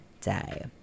day